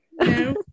No